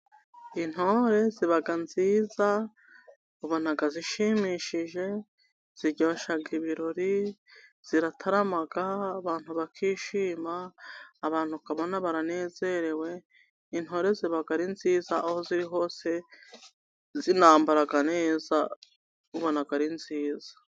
Intore ziba nziza ubona zishimishije, ziryoshya ibirori, ziratarama abantu bakishima, abantu ukabona baranezerewe. Intore ziba ari nziza, aho ziri hose zinambara neza. Ubona ari nziza.